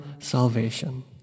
salvation